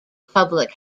public